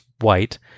White